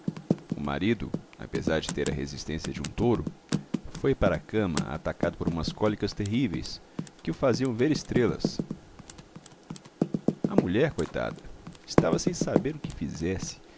o marido apesar de ter a resistência de um touro foi para a cama atacado por umas cólicas terríveis que o faziam ver estrelas a mulher coitada estava sem saber o que fizesse